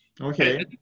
Okay